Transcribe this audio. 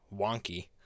wonky